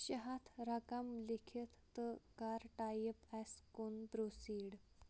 شےٚ ہَتھ رقم لیٖکھِتھ تہٕ کَر ٹایپ اَسہِ کُن پرٛوسیٖڈ